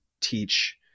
teach